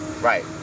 Right